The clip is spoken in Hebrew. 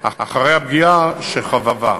אחרי הפגיעה שחווה.